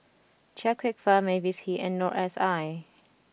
Chia Kwek Fah Mavis Hee and Noor S I